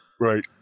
Right